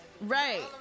right